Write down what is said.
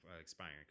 expiring